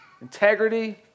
integrity